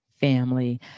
family